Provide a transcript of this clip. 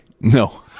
No